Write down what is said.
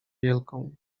wielką